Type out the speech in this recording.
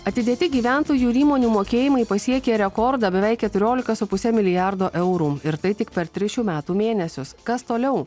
atidėti gyventojų ir įmonių mokėjimai pasiekė rekordą beveik keturiolika su puse milijardo eurų ir tai tik per tris šių metų mėnesius kas toliau